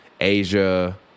Asia –